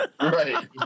right